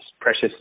precious